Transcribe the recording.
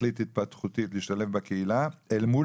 שכלית התפתחותית להשתלב בקהילה אל מול